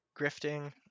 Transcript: grifting